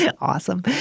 awesome